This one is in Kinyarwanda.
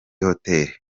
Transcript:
hoteli